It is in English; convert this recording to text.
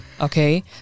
okay